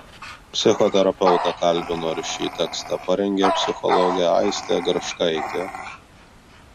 psichoterapeutą kalbino ir šį tekstą parengė psichologė aistė garškaitė